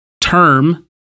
term